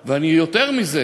העם או העמים מעורבים בהם.